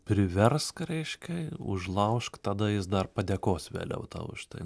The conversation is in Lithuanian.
priversk reiškia užlaužk tada jis dar padėkos vėliau tau už tai